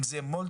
אם זה מולדובה,